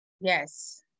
Yes